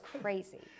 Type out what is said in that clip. crazy